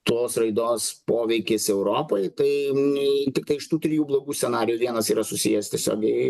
tos raidos poveikis europai tai tiktai iš tų trijų blogų scenarijų vienas yra susijęs tiesiogiai